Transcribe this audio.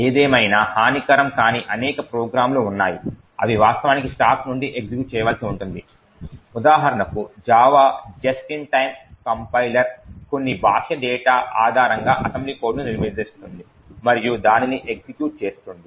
ఏదేమైనా హానికరం కాని అనేక ప్రోగ్రామ్లు ఉన్నాయి అవి వాస్తవానికి స్టాక్ నుండి ఎగ్జిక్యూట్ చేయవలసి ఉంటుంది ఉదాహరణకు JAVA Just In Time compiler కొన్ని బాహ్య డేటా ఆధారంగా అసెంబ్లీ కోడ్ను నిర్మిస్తుంది మరియు దానిని ఎగ్జిక్యూట్ చేస్తుంది